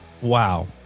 wow